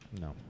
No